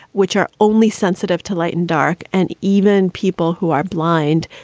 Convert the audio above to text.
which are only sensitive to light and dark. and even people who are blind,